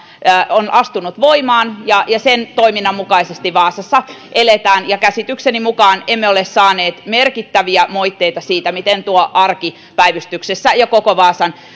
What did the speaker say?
on astunut voimaan ja sen toiminnan mukaisesti vaasassa eletään käsitykseni mukaan emme ole saaneet merkittäviä moitteita siitä miten arki päivystyksessä ja koko vaasan